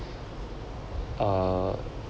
uh